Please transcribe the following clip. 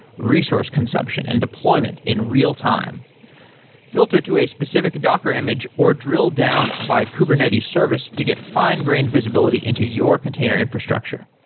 resource consumption and deployment in real time filter to a specific docker image, or drill down by kubernetes service to get fine-grained visibility into your container infrastructure.